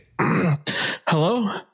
Hello